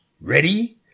Ready